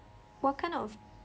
what kind of